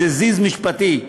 איזה זיז משפטי,